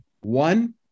one